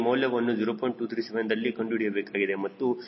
237ದಲ್ಲಿ ಕಂಡುಹಿಡಿಯಬೇಕಾಗಿದೆ ಮತ್ತು ಇದು ಋಣಾತ್ಮಕ 0